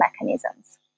mechanisms